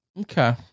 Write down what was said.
okay